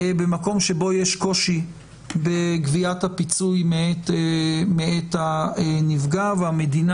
במקום שיש קושי בגביית הפיצוי מאת הנפגע והמדינה